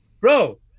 bro